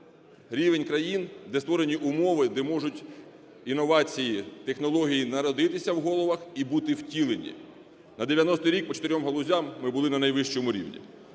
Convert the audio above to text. рівень країн, де створені умови, де можуть інновації, технології народитися в головах і бути втілені. На 90-й рік по чотирьом галузям ми були на найвищому рівні.